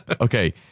okay